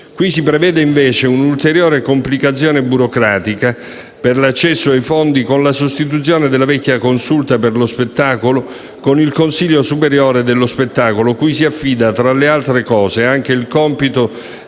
Qui si prevede, invece, un'ulteriore complicazione burocratica per l'accesso ai fondi con la sostituzione della vecchia consulta per lo spettacolo con il consiglio superiore dello spettacolo, cui si affida, tra le altre cose, anche il compito